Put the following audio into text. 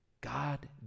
God